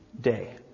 day